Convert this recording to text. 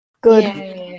Good